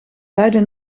beide